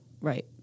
Right